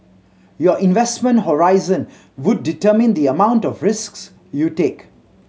your investment horizon would determine the amount of risks you take